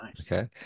okay